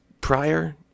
prior